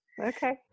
okay